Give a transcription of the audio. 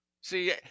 See